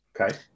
Okay